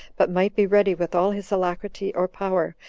but might be ready with all his alacrity or power,